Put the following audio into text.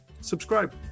subscribe